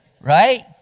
Right